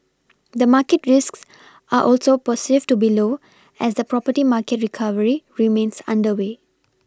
the market risks are also perceived to be low as the property market recovery remains underway